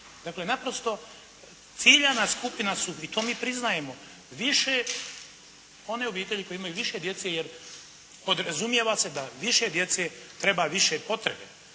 Dakle naprosto, ciljana skupina. I to mi priznajemo. Više one obitelji koje imaju više djece, podrazumijeva se da više djeca treba više potrebe.